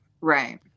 Right